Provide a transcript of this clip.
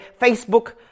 Facebook